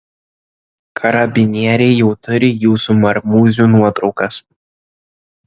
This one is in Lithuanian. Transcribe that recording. karabinieriai jau turi jūsų marmūzių nuotraukas